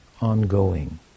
ongoing